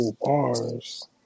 bars